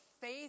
faith